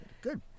Good